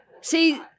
See